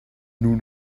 nous